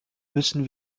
müssen